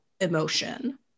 emotion